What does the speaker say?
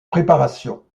préparation